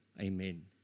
Amen